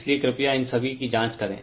इसलिए कृपया इन सभी की जांच करें